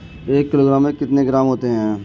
एक किलोग्राम में कितने ग्राम होते हैं?